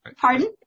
Pardon